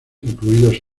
incluidos